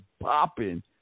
popping